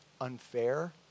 unfair